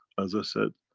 as i said,